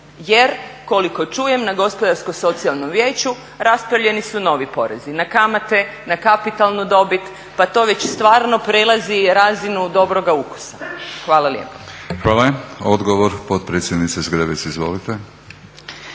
Jer koliko čujem na Gospodarsko-socijalnom vijeću raspravljeni su novi porezi na kamate, na kapitalnu dobit, pa to već stvarno prelazi razinu dobroga ukusa. Hvala lijepo. **Batinić, Milorad (HNS)** Hvala. Odgovor potpredsjednice Zgrebec, izvolite.